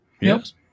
Yes